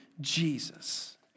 Jesus